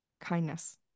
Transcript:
kindness